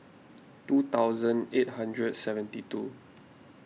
two thousand eight hundred seventy two